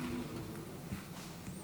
"אין